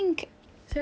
tempat pertama